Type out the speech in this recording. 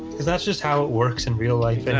cuz that's just how it works in real life, and